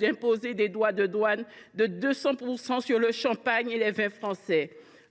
d’imposer des droits de douane de 200 % sur le champagne et les vins français.